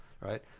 right